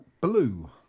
Blue